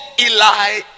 Eli